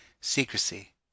Secrecy